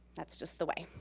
that's just the way.